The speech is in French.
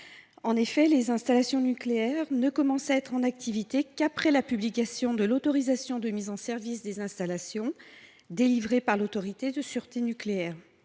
En effet, les installations nucléaires ne commencent leur activité qu’après la publication de leur autorisation de mise en service, délivrée par l’Autorité de sûreté nucléaire.